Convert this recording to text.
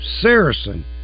Saracen